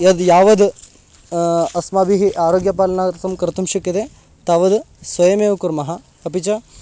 यद् यावद् अस्माभिः आरोग्यपालनार्थं कर्तुं शक्यते तावद् स्वयमेव कुर्मः अपि च